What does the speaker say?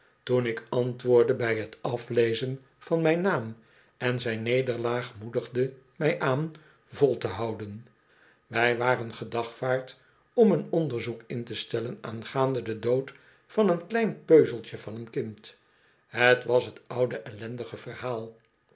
toen ik antwoordde bij t aflezen van mijn naam en zijn nederlaag moedigde mij aan vol te houden wij waren gedagvaard om een onderzoek in te stellen aangaande den dood van een klein peuzeltje van een kind het was t oude ellendige verhaal